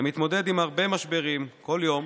אתה מתמודד עם הרבה משברים בכל יום